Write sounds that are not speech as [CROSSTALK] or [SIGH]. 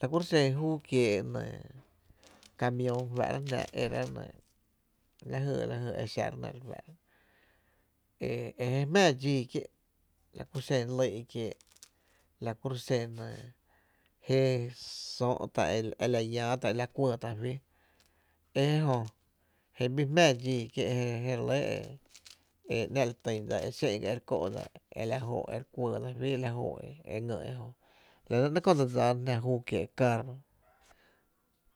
La kuro’ xen júú kiee’ nɇɇ kamiüü fáá’ráá’ jnáá’ e eráá’ lajy [HESITATION] lajy e xa re nɇ re fá’ra e e je jmⱥⱥ dxíí kié’ la ku xen lýi’ la ku ro’ xen ‘nɇɇ jé söö’ tá’ la llää tá’ e la kuɇɇtá’ fí, e jé jö e bii jmⱥⱥ dxíí kié’ je re lɇ e ‘ná’ ly tin dsa xé’n ga e re kö’ e la jóó’ e re kuɇɇ dsa juí e la jó’ e re ngý ejö la nɇ ‘nɇɇ’ köö dse dsaana jná e kiee’ caarro